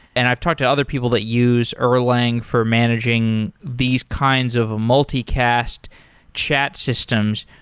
and i've talked to other people that use erlang for managing these kinds of multicast chat systems.